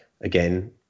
Again